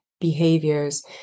behaviors